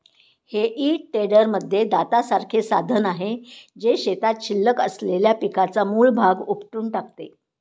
हेई टेडरमध्ये दातासारखे साधन आहे, जे शेतात शिल्लक असलेल्या पिकाचा मूळ भाग उपटून टाकते